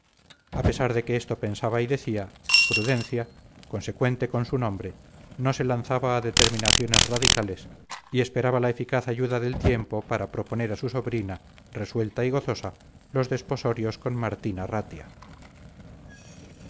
a pesar de que esto pensaba y decía prudencia consecuente con su nombre no se lanzaba a determinaciones radicales y esperaba la eficaz ayuda del tiempo para proponer a su sobrina resuelta y gozosa los desposorios con martín arratia